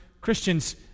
Christians